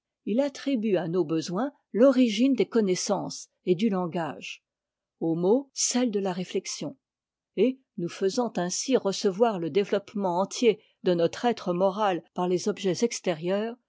il attribue à nos besoins l'origine des connaissances et du langage aux mots celle de la réflexion et nous faisant ainsi recevoir le développement entier de notre être moral par les objets extérieurs